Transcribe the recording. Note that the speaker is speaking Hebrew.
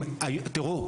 תראו,